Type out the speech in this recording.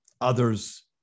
others